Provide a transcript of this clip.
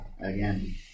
again